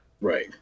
Right